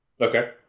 Okay